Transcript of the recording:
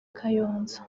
kayonza